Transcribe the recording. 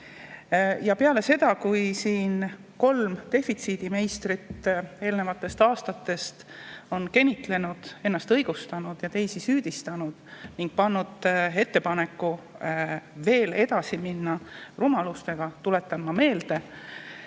Peale seda, kui siin kolm defitsiidimeistrit eelnevatest aastatest on kenitlenud, ennast õigustanud ja teisi süüdistanud ning teinud ettepaneku rumalustega veel edasi minna, tuletan ma meelde